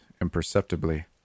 imperceptibly